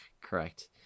Correct